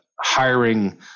hiring